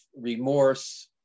remorse